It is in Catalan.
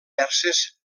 perses